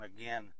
again